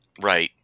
Right